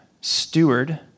steward